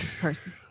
person